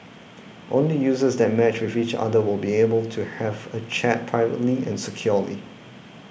only users that matched with each other will be able to have a chat privately and securely